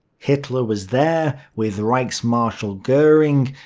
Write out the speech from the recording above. hitler was there with reichsmarshal goring,